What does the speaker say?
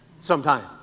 sometime